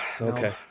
okay